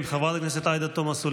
אני לא כמוך, בכיינית, מתלוננת לאתיקה.